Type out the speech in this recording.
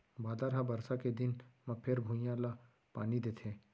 बादर ह बरसा के दिन म फेर भुइंया ल पानी देथे